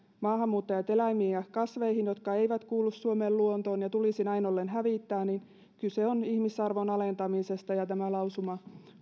maahanmuuttajat eläimiin ja kasveihin jotka eivät kuulu suomen luontoon ja tulisi näin ollen hävittää kyse on ihmisarvon alentamisesta ja tämä lausuma